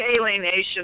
alienation